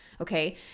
Okay